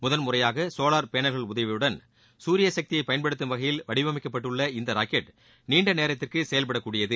முதன் முறையாக சோவார் பேனல்கள் உதவியுடன் சசூரிய சக்தியை பயன்படுத்தும் வகையில் வடிவமைக்கப்பட்டுள்ள இந்த ராக்கெட் நீண்ட நேரத்திற்கு செயல்பட கூடியது